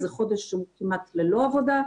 זה חודש שהוא כמעט ללא עבודה.